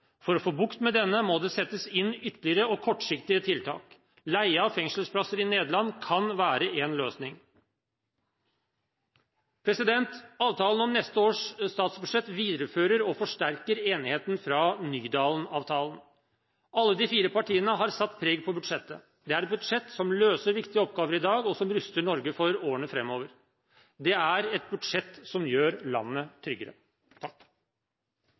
For å få bukt med denne må det settes inn ytterligere tiltak, også kortsiktige. Leie av fengselsplasser i Nederland kan være en løsning. Avtalen om neste års statsbudsjett viderefører og forsterker enigheten fra Nydalen-avtalen. Alle de fire partiene har satt sitt preg på budsjettet. Det er et budsjett som løser viktige oppgaver i dag, og som ruster Norge for årene framover. Det er et budsjett som gjør landet tryggere.